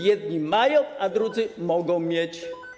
Jedni mają, a drudzy mogą mieć.